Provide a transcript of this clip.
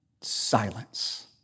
Silence